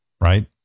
Right